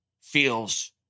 feels